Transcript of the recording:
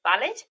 valid